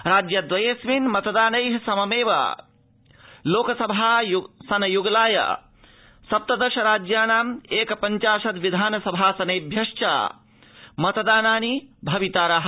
राज्य द्वयेऽस्मिन् मतदानैः सममेव लोकसभासन य्गलाय सप्तदश राज्यानाम् एक पञ्चाशद विधानसभासनेभ्यश्चापि मतदानानि भवितारः